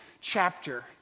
chapter